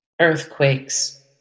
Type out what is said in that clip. earthquakes